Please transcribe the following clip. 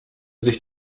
sich